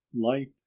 light